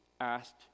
asked